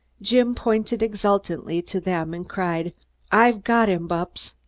jim pointed exultantly to them and cried i've got him, bupps!